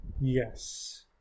Yes